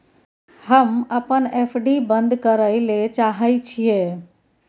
हम अपन एफ.डी बंद करय ले चाहय छियै